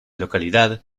localidad